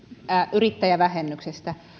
yrittäjävähennyksestä